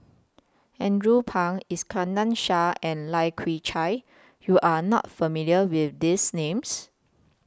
Andrew Phang Iskandar Shah and Lai Kew Chai YOU Are not familiar with These Names